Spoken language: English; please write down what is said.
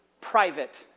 private